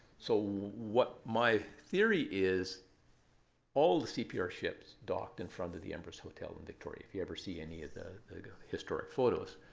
so what my theory is all the cpr ships docked in front of the empress hotel in victoria if you ever see any of the historic photos.